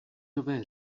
nové